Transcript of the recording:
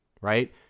right